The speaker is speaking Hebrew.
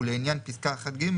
ולעניין פסקה (1)(ג),